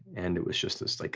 and it was just this like